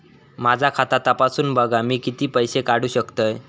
माझा खाता तपासून बघा मी किती पैशे काढू शकतय?